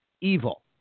Evil